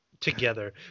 together